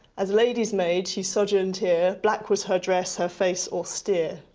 as lady's maid she sojourned here, black was her dress, her face austere.